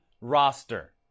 roster